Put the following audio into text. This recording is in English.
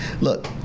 Look